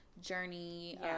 journey